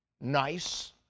nice